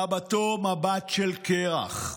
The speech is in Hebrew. מבטו מבט של קרח,